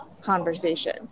conversation